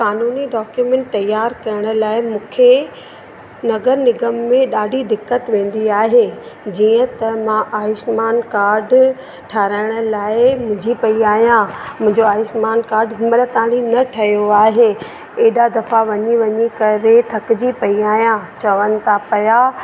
कानूनी डॉक्यूमेंट तयार करण लाइ मूंखे नगर निगम में ॾाढी दिक़त वेंदी आहे जीअं त मां आयुष्मान काड ठाहिराइण लाइ मुंझी पई आहियां मुंहिंजो आयुष्मान काड हिनमहिल ताणी न ठहियो आहे एॾा दफ़ा वञी वञी करे थकिजी पई आहियां चवनि था पिया